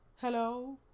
Hello